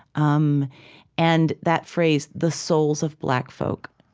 um and that phrase, the souls of black folk.